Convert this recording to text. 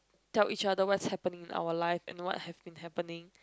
tell each other what is happening in our life and what have been happening